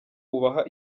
ubaha